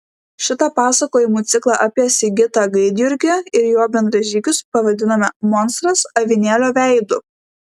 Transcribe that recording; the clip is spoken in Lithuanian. šitą pasakojimų ciklą apie sigitą gaidjurgį ir jo bendražygius pavadinome monstras avinėlio veidu